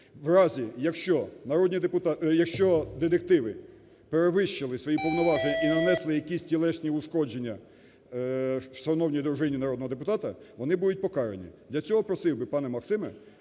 У разі, якщо детективи перевищили свої повноваження і нанесли якісь тілесні ушкодження шановній дружині народного депутата, вони будуть покарані. Для цього просив би, пане Максиме,